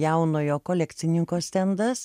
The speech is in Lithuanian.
jaunojo kolekcininko stendas